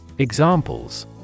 Examples